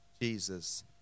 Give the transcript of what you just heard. Jesus